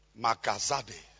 Magazade